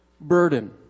burden